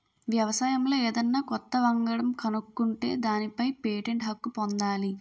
వ్యవసాయంలో ఏదన్నా కొత్త వంగడం కనుక్కుంటే దానిపై పేటెంట్ హక్కు పొందాలి